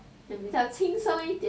比较轻松一点